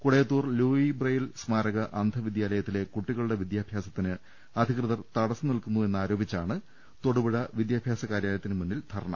Kudayathoor Louis Braille സ്മാരക അന്ധവിദ്യാലയത്തിലെ കുട്ടികളുടെ വിദ്യാഭ്യാസത്തിന് അധികൃതർ തടസ്സം നിൽക്കുന്നതിൽ പ്രതിഷേധിച്ച് തൊടുപുഴ വിദ്യാഭ്യാസ കാര്യാല യത്തിന് മുന്നിലാണ് ധർണ